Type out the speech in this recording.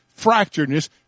fracturedness